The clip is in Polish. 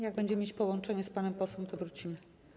Jak będziemy mieć połączenie z panem posłem, to do niego wrócimy.